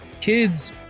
kids